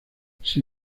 sin